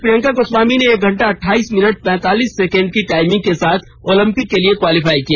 प्रियंका गोस्वामी ने एक घंटा अठाईस मिनट पैतालीस सेकेंड की टाइमिंग के साथ ओलंपिक के लिए क्वालीफाई किया